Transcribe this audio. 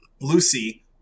Lucy